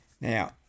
Now